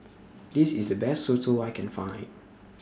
This IS The Best Soto I Can Find